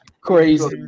Crazy